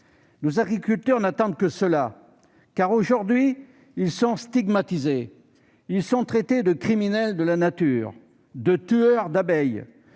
Nos agriculteurs n'attendent que cela, car ils sont aujourd'hui stigmatisés, ils sont traités de criminels de la nature, de tueurs d'abeilles,